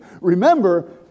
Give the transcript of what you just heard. Remember